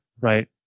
right